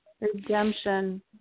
Redemption